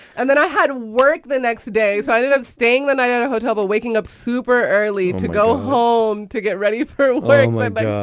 and then i had to work the next day. so i ended up staying the night at a hotel, but waking up super early to go home to get ready for wearing my bike